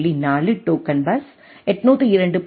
4 token bus 802